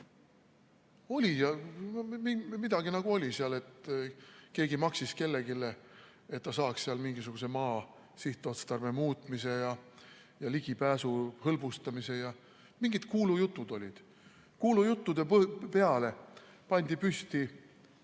Midagi nagu oli seal, et keegi maksis kellelegi, et ta saaks seal mingisuguse maa sihtotstarbe muutmise ja ligipääsu hõlbustamise. Mingid kuulujutud olid. Kuulujuttude peale pandi püsti